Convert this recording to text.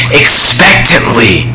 expectantly